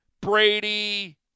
Brady